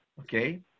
Okay